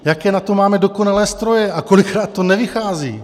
Jaké na to máme dokonalé stroje a kolikrát to nevychází.